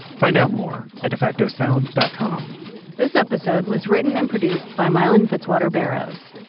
find out more at defactosound dot com this episode was written and produced by miellyn fitzwater barrows,